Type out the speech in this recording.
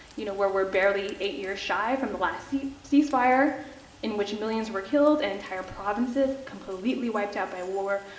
you know where we're barely eight years shy from the last ceasefire in which millions were killed and entire provinces completely wiped out by war.